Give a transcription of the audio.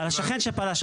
כן, על השכן שפלש.